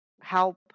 help